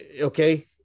okay